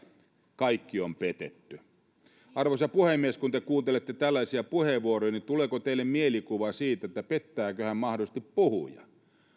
kaikki on petetty arvoisa puhemies kun te kuuntelette tällaisia puheenvuoroja niin tuleeko teille mielikuva siitä että pettääköhän mahdollisesti puhuja